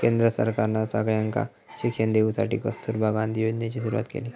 केंद्र सरकारना सगळ्यांका शिक्षण देवसाठी कस्तूरबा गांधी योजनेची सुरवात केली